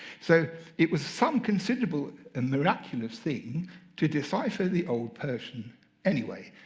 so it was some considerable and miraculous thing to decipher the old persian anyway,